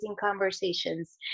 conversations